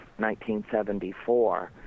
1974